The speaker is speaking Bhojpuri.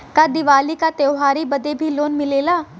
का दिवाली का त्योहारी बदे भी लोन मिलेला?